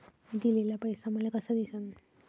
मी दिलेला पैसा मले कसा दिसन?